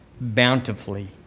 bountifully